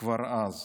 כבר אז.